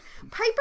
Piper